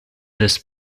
this